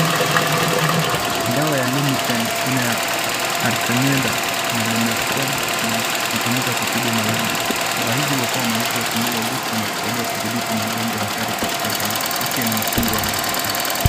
Dawa ya Lumifant aina ya Artemeda na Lumefantrin hutumika kutibu malaria. Dawa hizi huokoa maisha, hupunguza vifo na kusaidia kudhibiti magonjwa hatari katika jamii. Afya ni msingi wa maendeleo.